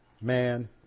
man